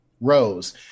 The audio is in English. rows